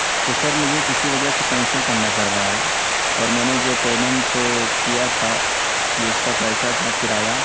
تو سر مجھے کسی وجہ سے کینسل کرنا پڑ رہا ہے اور میں نے جو پیمنٹ کیا تھا جو اس کا پیسہ تھا کرایہ